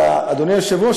אדוני היושב-ראש,